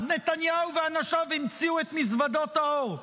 אז נתניהו ואנשיו המציאו את מזוודות העור.